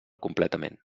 completament